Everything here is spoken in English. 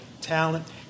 talent